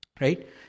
Right